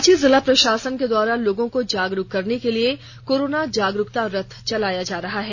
रांची जिला प्रशासन के द्वारा लोगों को जागरूक करने के लिए कोरोना जागरूकता रथ चलाया जा रहा है